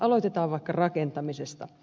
aloitetaan vaikka rakentamisesta